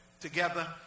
together